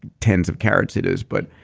tens of carats, it is but